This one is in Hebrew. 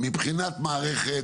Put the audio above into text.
מבחינת מערכת,